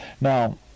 Now